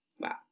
Wow